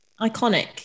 Iconic